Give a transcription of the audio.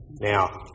Now